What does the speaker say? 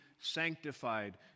sanctified